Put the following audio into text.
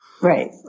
Right